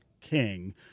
king